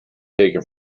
taken